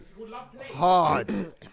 Hard